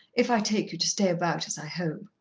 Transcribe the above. if i take you to stay about, as i hope.